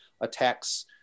attacks